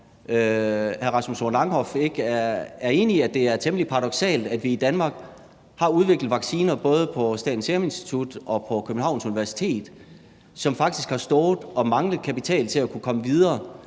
hr. Rasmus Horn Langhoff ikke er enig i, at det er temmelig paradoksalt, at vi i Danmark har udviklet vacciner både på Statens Serum Institut og på Københavns Universitet, som faktisk har stået og manglet kapital til at kunne komme videre